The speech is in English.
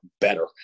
better